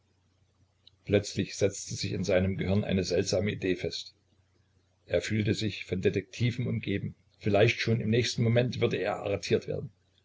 plötzlich setzte sich in seinem gehirn eine seltsame idee fest er fühlte sich von detektiven umgeben vielleicht schon im nächsten momente würde er arretiert werden